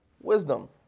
wisdom